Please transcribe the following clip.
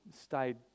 stayed